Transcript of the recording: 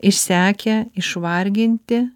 išsekę išvarginti